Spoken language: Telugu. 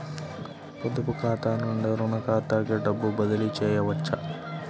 పొదుపు ఖాతా నుండీ, రుణ ఖాతాకి డబ్బు బదిలీ చేయవచ్చా?